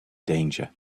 danger